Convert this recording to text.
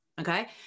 Okay